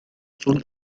sul